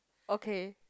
okay